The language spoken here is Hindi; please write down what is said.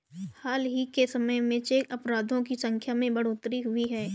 हाल ही के समय में चेक अपराधों की संख्या में बढ़ोतरी हुई है